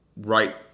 right